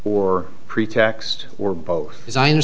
or pretext or both designer